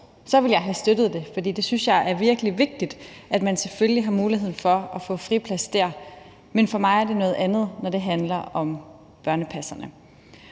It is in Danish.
ville jeg have støttet det, for jeg synes, det er virkelig vigtigt, at man selvfølgelig har mulighed for at få friplads der, men for mig er det noget andet, når det handler om børnepasserne.